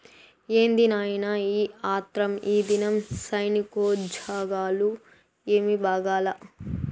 ఏంది నాయినా ఈ ఆత్రం, ఈదినం సైనికోజ్జోగాలు ఏమీ బాగాలా